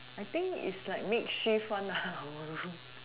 I think is like makeshift one lah our room